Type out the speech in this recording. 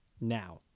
Now